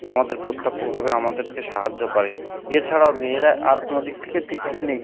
না আমাদের প্রতক্ষভাবে আমাদেরকে সাহায্য করে এছাড়াও মেয়েরা আর কোনো দিক থেকে পিছিয়ে নেই